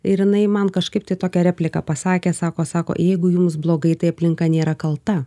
ir jinai man kažkaip tai tokią repliką pasakė sako sako jeigu jums blogai tai aplinka nėra kalta